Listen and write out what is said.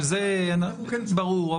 שזה ברור,